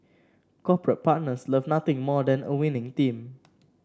corporate partners love nothing more than a winning team